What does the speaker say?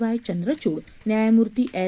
Y Chandrachud न्यायमूर्ती L